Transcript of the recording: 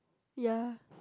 ya